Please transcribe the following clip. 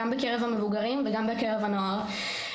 גם בקרב המבוגרים וגם בקרב הנוער.